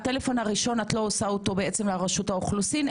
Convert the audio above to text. הטלפון הראשון בעצם את לא עושה אותו לרשות האוכלוסין,